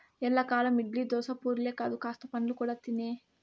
ఎల్లకాలం ఇడ్లీ, దోశ, పూరీలే కాదు కాస్త పండ్లు కూడా తినే